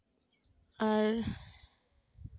ᱟᱨ